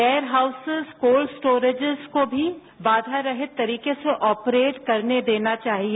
where houses cold storage को मी बाधारहित तरीके से ऑपरेट करने देना चाहिए